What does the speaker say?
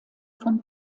von